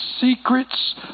secrets